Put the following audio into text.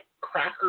cracker